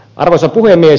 arvoisa puhemies